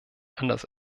anders